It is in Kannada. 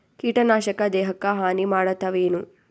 ಕೀಟನಾಶಕ ದೇಹಕ್ಕ ಹಾನಿ ಮಾಡತವೇನು?